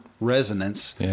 resonance